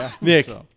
Nick